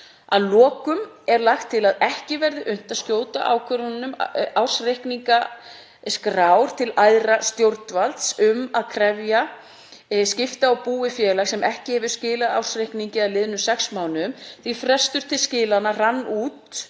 Að lokum er lagt til að ekki verði unnt að skjóta ákvörðunum ársreikningaskrár til æðra stjórnvalds um að krefjast skipta á búi félags sem ekki hefur skilað ársreikningi að liðnum sex mánuðum frá því að frestur til skila rann út